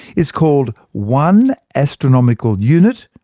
it's called one astronomical unit,